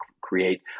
create